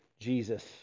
Jesus